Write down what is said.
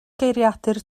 geiriadur